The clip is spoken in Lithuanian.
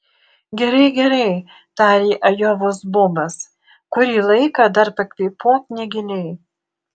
gerai gerai tarė ajovos bobas kurį laiką dar pakvėpuok negiliai